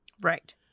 Right